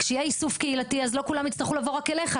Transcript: כשיהיה איסוף קהילתי אז לא כולם יצטרכו לבוא רק אליך,